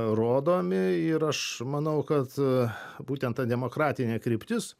rodomi ir aš manau kad būtent ta demokratinė kryptis